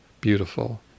beautiful